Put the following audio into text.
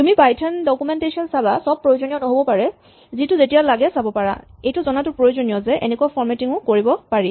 তুমি Python documentation চাবা চব প্ৰয়োজনীয় নহ'ব পাৰে যিটো যেতিয়া লাগে চাব পাৰা এইটো জনাটো প্ৰয়োজনীয় যে এনেকুৱা ফৰমেটিং ও কৰিব পাৰি